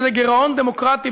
וזה גירעון דמוקרטי,